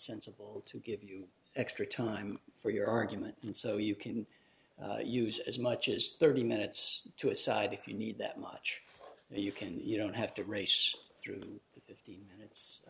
sensible to give you extra time for your argument and so you can use as much as thirty minutes to a side if you need that much that you can you don't have to race through the thirty minutes